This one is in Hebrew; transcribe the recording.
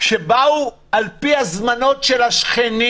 באו על פי הזמנות של השכנים